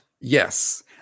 Yes